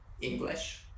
english